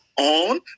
on